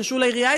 התקשרו לעירייה,